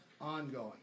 ongoing